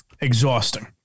Exhausting